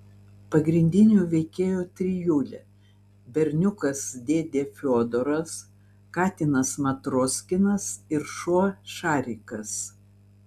pagrindinių veikėjų trijulė berniukas dėdė fiodoras katinas matroskinas ir šuo šarikas